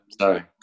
sorry